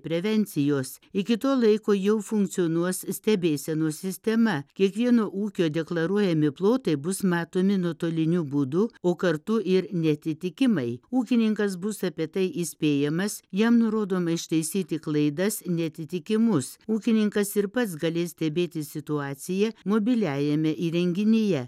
prevencijos iki to laiko jau funkcionuos stebėsenos sistema kiekvieno ūkio deklaruojami plotai bus matomi nuotoliniu būdu o kartu ir neatitikimai ūkininkas bus apie tai įspėjamas jam nurodoma ištaisyti klaidas neatitikimus ūkininkas ir pats galės stebėti situaciją mobiliajame įrenginyje